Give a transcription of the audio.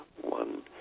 one